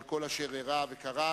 על כל אשר אירע וקרה.